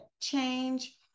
change